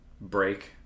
break